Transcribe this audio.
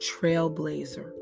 trailblazer